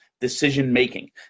decision-making